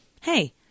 Hey